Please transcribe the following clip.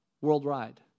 worldwide